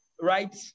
Right